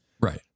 Right